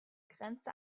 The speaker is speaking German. grenzt